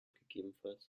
gegebenenfalls